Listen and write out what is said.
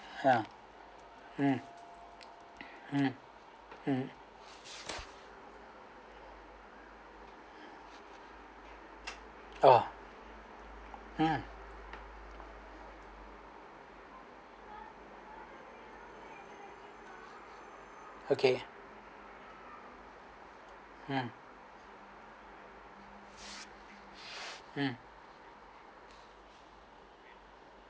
ya um mm mm oh mm okay mm mm